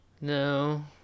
No